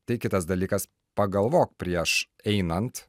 tai kitas dalykas pagalvok prieš einant